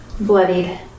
bloodied